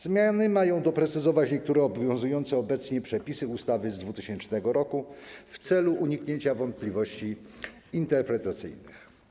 Zmiany mają doprecyzować niektóre obowiązujące obecnie przepisy ustawy z 2000 r. w celu uniknięcia wątpliwości interpretacyjnych.